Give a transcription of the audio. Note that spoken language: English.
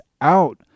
out